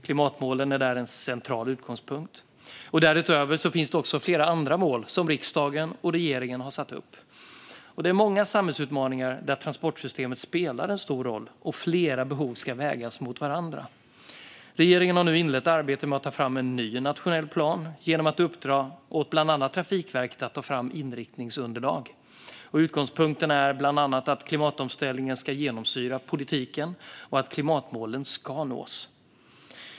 Klimatmålen är en central utgångspunkt. Därutöver finns det också flera andra mål som riksdagen och regeringen satt upp. Det är många samhällsutmaningar där transportsystemet spelar en stor roll och flera behov ska vägas mot varandra. Regeringen har nu inlett arbetet med att ta fram en ny nationell plan genom att uppdra åt bland annat Trafikverket att ta fram inriktningsunderlag. Utgångspunkter är bland annat att klimatomställningen ska genomsyra politiken och att klimatmålen ska nås.